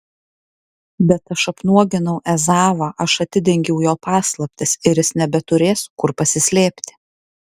bet aš apnuoginau ezavą aš atidengiau jo paslaptis ir jis nebeturės kur pasislėpti